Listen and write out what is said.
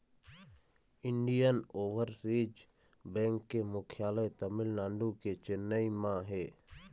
Indian overseas bank के मुख्यालय तमिलनाडु के चेन्नई म हे